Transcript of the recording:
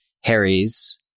Harry's